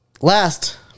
Last